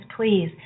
please